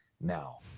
now